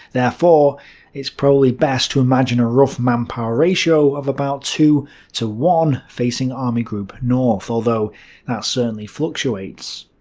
therefore it's probably best to imagine a rough manpower ratio of about two to one facing army group north, although that certainly fluctuates.